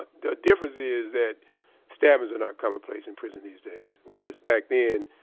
but the difference is that stabbings are not commonplace in prison these days. whereas, back then,